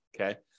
Okay